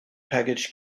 package